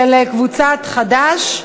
של קבוצת סיעת חד"ש,